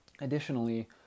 Additionally